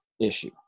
issue